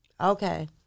Okay